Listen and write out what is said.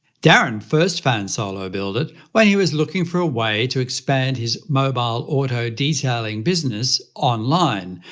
darren first found solo build it! when he was looking for a way to expand his mobile auto detailing business online,